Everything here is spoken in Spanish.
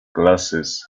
clases